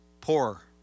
poor